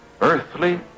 Earthly